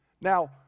now